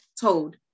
told